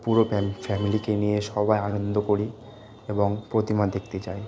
পুরো ফ্যামিলিকে নিয়ে সবাই আনন্দ করি এবং প্রতিমা দেখতে চাই